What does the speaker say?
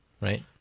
right